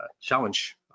challenge